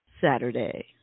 Saturday